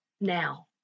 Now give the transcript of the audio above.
now